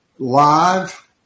Live